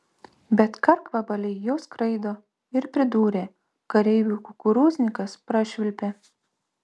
bet karkvabaliai jau skraido ir pridūrė kareivių kukurūznikas prašvilpė